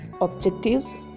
objectives